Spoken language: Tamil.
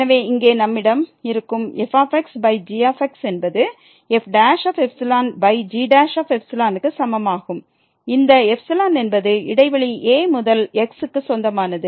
எனவே இங்கே நம்மிடம் இருக்கும் fg என்பது fξgξ க்கு சமமாகும் இந்த ξ என்பது இடைவெளி a முதல் x க்கு சொந்தமானது